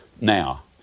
now